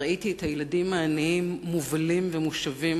ראיתי את הילדים העניים מובלים ומושבים